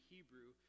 Hebrew